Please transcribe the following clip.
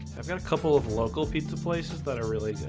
i've got a couple of local pizza places that are really good